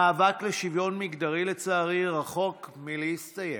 המאבק לשוויון מגדרי, לצערי, רחוק מלהסתיים.